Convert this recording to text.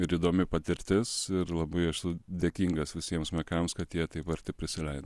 ir įdomi patirtis ir labai esu dėkingas visiems mekams kad jie taip arti prisileido